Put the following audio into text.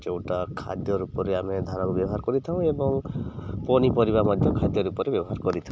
ଯେଉଁଟା ଖାଦ୍ୟ ରୂପରେ ଆମେ ଧାନକୁ ବ୍ୟବହାର କରିଥାଉଁ ଏବଂ ପନିପରିବା ମଧ୍ୟ ଖାଦ୍ୟ ଉପରେ ବ୍ୟବହାର କରିଥାଉ